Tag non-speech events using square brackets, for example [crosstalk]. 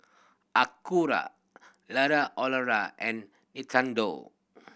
Acura [unintelligible] and Nintendo